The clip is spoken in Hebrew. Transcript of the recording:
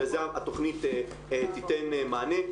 ולזה התכנית תיתן מענה.